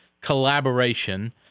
collaboration